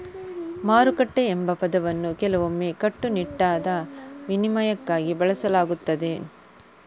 ಮಾರುಕಟ್ಟೆ ಎಂಬ ಪದವನ್ನು ಕೆಲವೊಮ್ಮೆ ಹೆಚ್ಚು ಕಟ್ಟುನಿಟ್ಟಾದ ವಿನಿಮಯಕ್ಕಾಗಿ ಬಳಸಲಾಗುತ್ತದೆ